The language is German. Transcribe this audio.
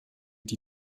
die